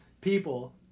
people